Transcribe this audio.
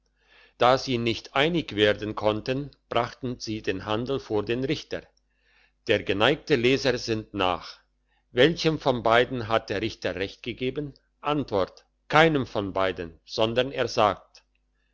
da sie nicht einig werden konnten brachten sie den handel vor den richter der geneigte leser sinnt nach welchem von beiden hat der richter recht gegeben antwort keinem von beiden sondern er sagt